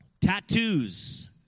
Tattoos